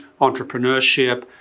entrepreneurship